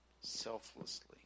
selflessly